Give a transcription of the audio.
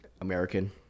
American